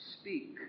Speak